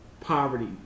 poverty